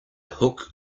hook